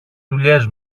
δουλειές